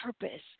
purpose